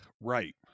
Right